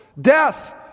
Death